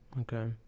Okay